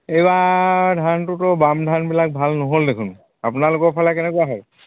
এইবাৰ ধানটোতো বাম ধানবিলাক ভাল নহ'ল দেখোন আপোনালোকৰ ফালে কেনেকুৱা হ'ল